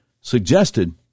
suggested